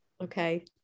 okay